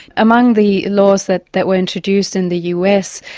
among the laws that that were introduced in the us,